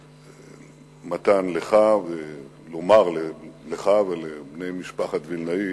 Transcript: מתן, ולומר לך ולבני משפחת וילנאי